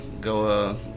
go